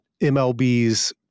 MLB's